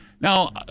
now